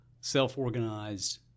self-organized